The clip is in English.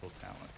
talent